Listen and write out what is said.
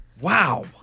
Wow